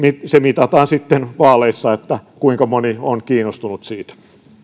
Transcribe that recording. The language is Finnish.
se mitataan sitten vaaleissa kuinka moni on kiinnostunut siitä